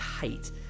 hate